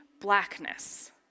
blackness